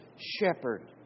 shepherd